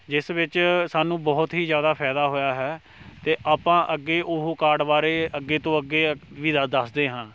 ਜਿਸ ਵਿੱਚ ਸਾਨੂੰ ਬਹੁਤ ਹੀ ਜ਼ਿਆਦਾ ਫਾਇਦਾ ਹੋਇਆ ਹੈ ਅਤੇ ਆਪਾਂ ਅੱਗੇ ਉਹ ਕਾਰਡ ਬਾਰੇ ਅੱਗੇ ਤੋਂ ਅੱਗੇ ਵੀ ਦ ਦੱਸਦੇ ਹਾਂ